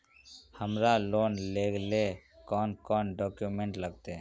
हमरा लोन लेले कौन कौन डॉक्यूमेंट लगते?